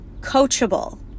coachable